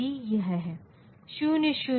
आप 23 के साथ बचे हैं